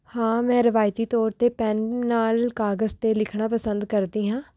ਹਾਂ ਮੈਂ ਰਵਾਇਤੀ ਤੌਰ 'ਤੇ ਪੈੱਨ ਨਾਲ ਕਾਗਜ਼ 'ਤੇ ਲਿਖਣਾ ਪਸੰਦ ਕਰਦੀ ਹਾਂ